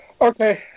Okay